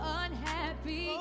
unhappy